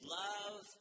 love